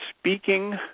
speaking